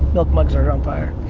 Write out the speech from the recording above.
milk mugs are on fire.